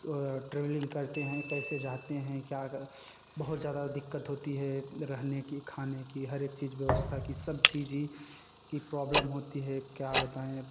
travelling करते हैं कैसे जाते हैं क्या बहुत ज़्यादा दिक्कत होती है रहने की खाने की हर एक चीज़ व्यवस्था की सब चीज़ ही की प्रॉब्लम होती है क्या बताएँ